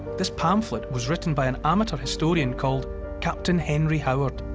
this pamphlet was written by an amateur historian called captain henry howard.